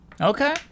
okay